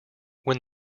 when